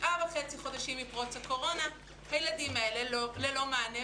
תשעה וחצי חודשים מפרוץ הקורונה והילדים האלה ללא מענה,